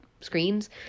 screens